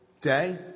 day